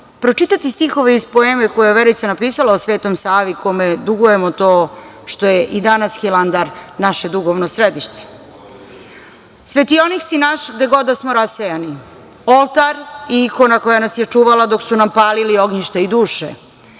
pročitati stihove iz poeme koju je Verica napisala o Svetom Savi, kome dugujemo to što je i dan danas Hilandar naše duhovno sedište.„Svetionik si naš gde god da smo rasejani. Oltar i ikona koja nas je čuvala dok su nam palili ognjišta i duše,